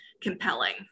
compelling